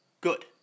good